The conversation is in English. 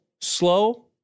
slow